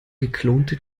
geklonte